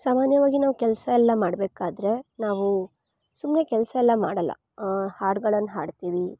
ಸಾಮಾನ್ಯವಾಗಿ ನಾವು ಕೆಲಸ ಎಲ್ಲ ಮಾಡಬೇಕಾದ್ರೆ ನಾವು ಸುಮ್ಮನೆ ಕೆಲಸಯೆಲ್ಲ ಮಾಡೋಲ್ಲ ಹಾಡುಗಳನ್ ಹಾಡ್ತಿವಿ